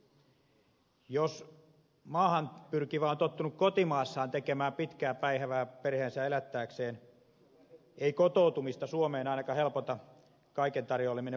jos maahan pyrkivä on tottunut kotimaassaan tekemään pitkää päivää perheensä elättääkseen ei kotoutumista suomeen ainakaan helpota kaiken tarjoileminen valmiina